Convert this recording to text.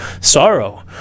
sorrow